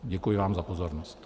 Děkuji vám za pozornost.